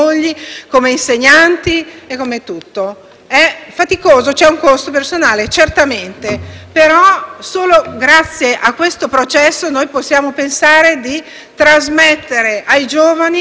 comporta un costo personale, però è solo grazie a questo processo che possiamo pensare di trasmettere ai giovani un messaggio giusto.